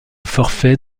forfait